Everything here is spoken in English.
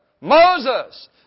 Moses